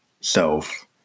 self